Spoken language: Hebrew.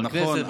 בכנסת,